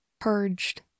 purged